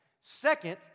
Second